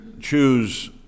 choose